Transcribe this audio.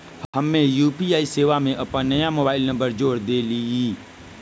हम्मे यू.पी.आई सेवा में अपन नया मोबाइल नंबर जोड़ देलीयी